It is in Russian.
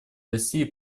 россии